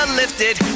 lifted